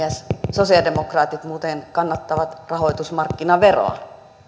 sosialidemokraatit muuten kannattavat rahoitusmarkkinaveroa